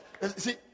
See